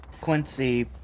Quincy